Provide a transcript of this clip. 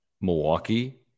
Milwaukee